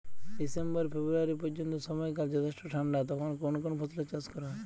December February পর্যন্ত সময়কাল যথেষ্ট ঠান্ডা তখন কোন কোন ফসলের চাষ করা হয়?